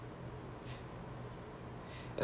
oh why because it's open book is it